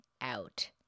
out